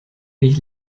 nicht